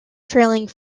trailing